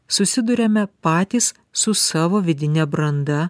susiduriame patys su savo vidine branda